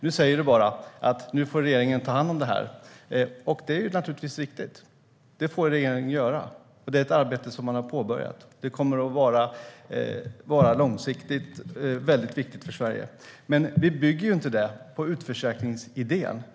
Nu säger du bara: Nu får regeringen ta hand om det här! Det är naturligtvis riktigt. Det får regeringen göra, och det är ett arbete som man har påbörjat. Det kommer att vara långsiktigt väldigt viktigt för Sverige. Men vi bygger det inte på utförsäkringsidén.